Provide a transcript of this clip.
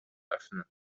öffnen